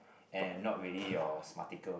and not really your smarticle